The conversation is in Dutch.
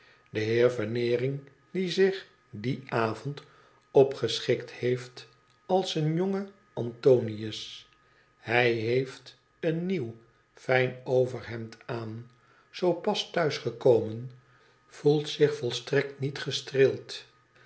de heer veneering die zich dien avond opgeschikt heeft als een jonge antonius hij heeft een nieuw fijn overhemd aan zoo pas thuis gekomen gevoelt zich volstrekt niet gestreeld